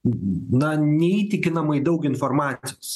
na neįtikinamai daug informacijos